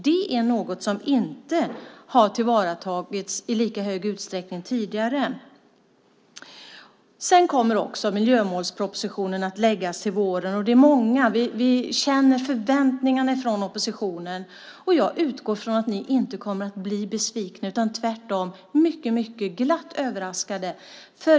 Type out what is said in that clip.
Det är något som inte har tillvaratagits i lika stor utsträckning tidigare. Sedan kommer också miljömålspropositionen att läggas fram till våren. Vi känner förväntningarna från oppositionen, och jag utgår från att ni inte kommer att bli besvikna utan tvärtom mycket glatt överraskade.